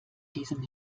diesem